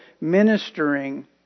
ministering